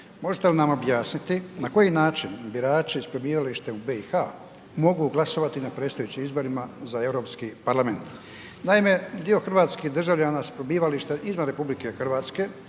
Možete li nam objasniti na koji način birači s prebivalištem u BiH mogu glasovati na predstojećim izborima za Europski parlament? Naime, dio hrvatskih državljana s prebivalištem izvan RH uključujući